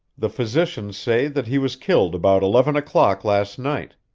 the physicians say that he was killed about eleven o'clock last night.